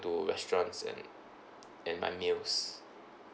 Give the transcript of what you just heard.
to restaurants and and my meals